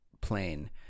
plane